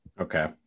okay